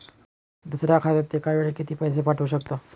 दुसऱ्या खात्यात एका वेळी किती पैसे पाठवू शकतो?